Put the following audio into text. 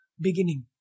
beginning